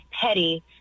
petty